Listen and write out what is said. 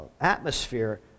atmosphere